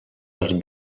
dels